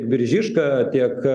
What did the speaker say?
biržiška tiek